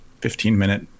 15-minute